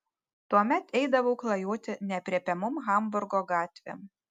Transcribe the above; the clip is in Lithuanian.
tuomet eidavau klajoti neaprėpiamom hamburgo gatvėm